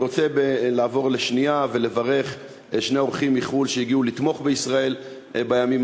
אני רוצה לעבור ולברך שני אורחים מחו"ל שהגיעו לתמוך בישראל בימים